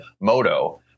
moto